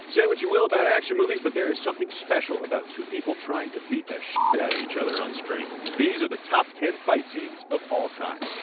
say what you will about action movies but there is something special about two people trying to beat the out of each other on screen. these are the top ten fight scenes of all time.